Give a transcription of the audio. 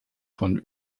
von